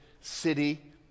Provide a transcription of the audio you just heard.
city